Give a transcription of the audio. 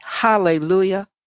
hallelujah